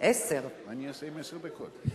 אני אעשה עם עשר דקות?